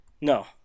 No